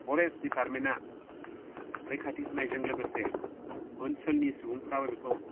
forest दिपार्टमेन्टा रैखाथि होनायजों लोगोसे ओनसोलनि सुबुंफोराबो बेखौ